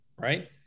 right